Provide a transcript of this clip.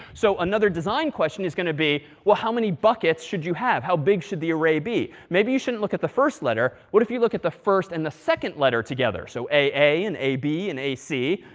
so another design question is going to be, well, how many buckets should you have, how big should the array be. maybe you shouldn't look at the first letter. what if you look at the first and the second letter together so aa, and ab, and ac,